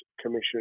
Commission